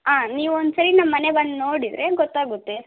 ಹಾಂ ನೀವು ಒಂದುಸರಿ ನಮ್ಮ ಮನೆಗೆ ಬಂದು ನೋಡಿದರೆ ಗೊತ್ತಾಗುತ್ತೆ